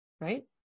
right